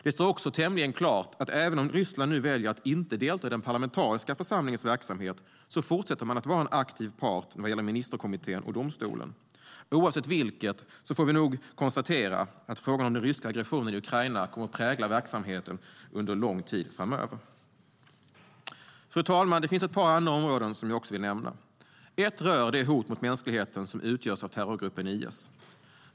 Det står också tämligen klart att även om Ryssland väljer att inte delta i den parlamentariska församlingens verksamhet fortsätter man att vara en aktiv part vad gäller ministerkommittén och domstolen. Oavsett vilket får vi nog konstatera att frågan om den ryska aggressionen i Ukraina kommer att prägla verksamheten under lång tid framöver. Fru talman! Det finns ett par andra områden som jag också vill nämna. Ett rör de hot mot mänskligheten som utgörs av terrorgruppen IS.